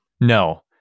No